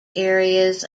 areas